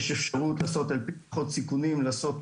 יש אפשרות לעשות הערכות סיכונים ולעשות